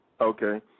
Okay